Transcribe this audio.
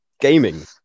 gaming